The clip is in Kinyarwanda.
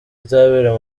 izabera